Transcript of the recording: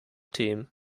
team